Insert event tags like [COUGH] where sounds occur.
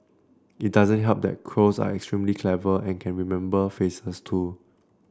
it doesn't help that crows are extremely clever and can remember faces [UNINTELLIGIBLE] too